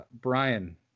Brian